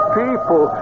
people